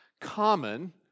common